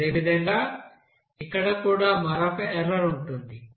అదేవిధంగా ఇక్కడ కూడా మరొక ఎర్రర్ ఉంటుంది